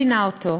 מצפינה אותו.